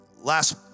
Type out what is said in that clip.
Last